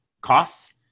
costs